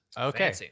Okay